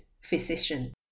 physician